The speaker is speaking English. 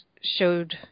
showed